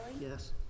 Yes